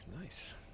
nice